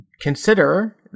Consider